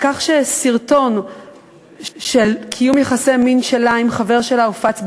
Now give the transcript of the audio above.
על כך שסרטון של קיום יחסי מין שלה עם חבר שלה הופץ באינטרנט,